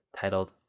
titled